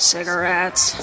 Cigarettes